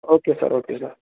okay sir okay sir